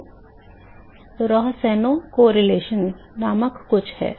तो रोहसेनो सहसंबंध नामक कुछ है